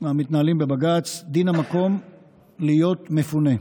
המתנהלים בבג"ץ דין המקום להיות מפונה.